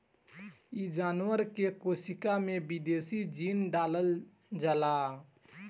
इ जानवर के कोशिका में विदेशी जीन डालल जाला